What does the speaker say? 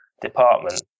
department